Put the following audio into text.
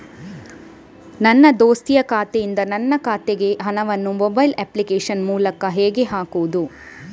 ನನ್ನ ದೋಸ್ತಿಯ ಖಾತೆಯಿಂದ ನನ್ನ ಖಾತೆಗೆ ಹಣವನ್ನು ಮೊಬೈಲ್ ಅಪ್ಲಿಕೇಶನ್ ಮೂಲಕ ಹೇಗೆ ಹಾಕುವುದು?